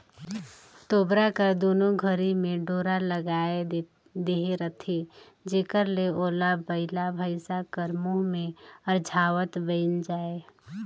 तोबरा कर दुनो घरी मे डोरा लगाए देहे रहथे जेकर ले ओला बइला भइसा कर मुंह मे अरझावत बइन जाए